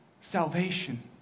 salvation